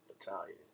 Italian